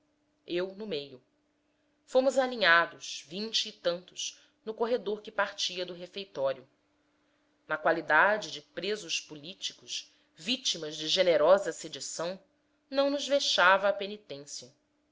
eu no meio fomos alinhados vinte e tantos no corredor que partia do refeitório na qualidade de presos políticos vitimas de generosa sedição não nos vexava a penitência